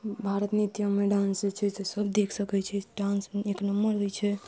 भारत नृत्यममे डान्स जे छै से सब देख सकैत छै डांस एक नम्बर होइ छै